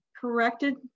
corrected